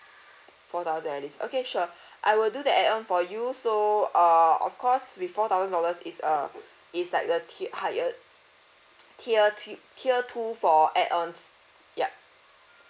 four thousand at least okay sure I will do that add on for you so err of course with four thousand dollars is uh it's like the tier higher tier ti~ tier two for add-ons yup